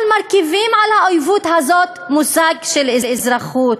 אבל מרכיבים על האויבות הזאת מושג של אזרחות.